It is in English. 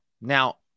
Now